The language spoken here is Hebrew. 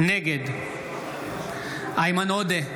נגד איימן עודה,